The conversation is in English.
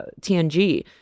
TNG